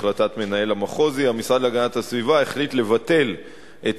החלטת מנהל המחוז היא: המשרד להגנת הסביבה החליט לבטל את